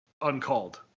uncalled